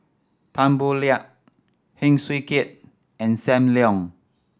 Tan Boo Liat Heng Swee Keat and Sam Leong